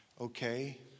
okay